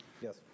Yes